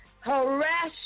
harass